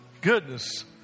Goodness